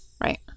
Right